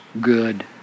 good